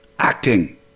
Acting